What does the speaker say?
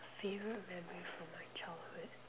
favourite memory from my childhood